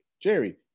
Jerry